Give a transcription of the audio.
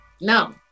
No